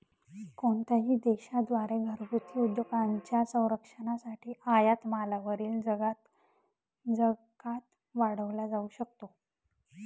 कोणत्याही देशा द्वारे घरगुती उद्योगांच्या संरक्षणासाठी आयात मालावरील जकात वाढवला जाऊ शकतो